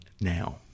now